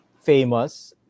famous